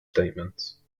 statements